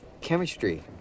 chemistry